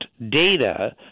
data